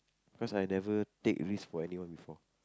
cause I never take risk for anyone before